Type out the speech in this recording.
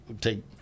take